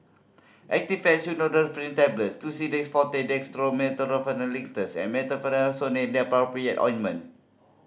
Actifed Tablets Tussidex Forte Dextromethorphan Linctus and Betamethasone Dipropionate Ointment